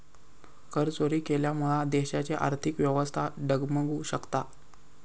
करचोरी केल्यामुळा देशाची आर्थिक व्यवस्था डगमगु शकता